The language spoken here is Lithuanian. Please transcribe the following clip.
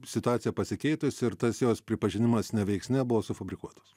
situacija pasikeitusi ir tas jos pripažinimas neveiksnia buvo sufabrikuotas